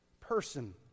person